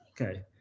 Okay